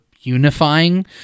unifying